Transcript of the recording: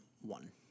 one